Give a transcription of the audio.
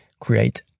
create